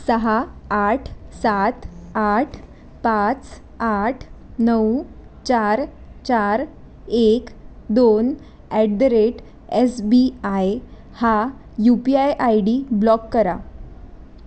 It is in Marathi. सहा आठ सात आठ पाच आठ नऊ चार चार एक दोन at the rate S B I हा U P I I D block करा